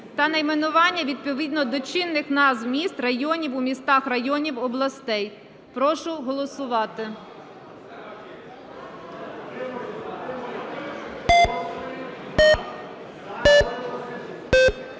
та найменування відповідно до чинних назв міст, районів у містах, районів, областей. Прошу голосувати.